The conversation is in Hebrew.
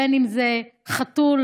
בין שזה חתול,